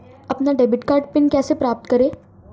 अपना debit card PIN कैसे प्राप्त करें?